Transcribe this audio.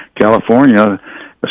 California